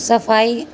صفائی